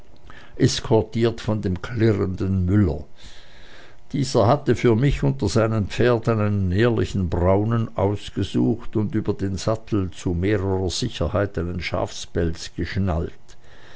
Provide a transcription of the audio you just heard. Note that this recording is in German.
eskortiert von dem klirrenden müller dieser hatte für mich unter seinen pferden einen ehrlichen braunen ausgesucht und über den sattel zu mehrerer sicherheit einen schafpelz geschnallt